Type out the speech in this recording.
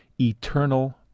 eternal